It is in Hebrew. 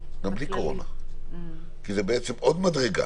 גם בלי קורונה כי זה בעצם עוד מדרגה